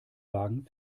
wagen